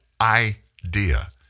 idea